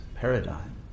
paradigm